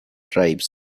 tribes